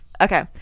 Okay